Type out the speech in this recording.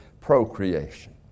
procreation